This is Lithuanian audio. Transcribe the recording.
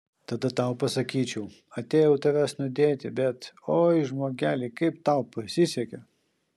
tada tau pasakyčiau atėjau tavęs nudėti bet oi žmogeli kaip tau pasisekė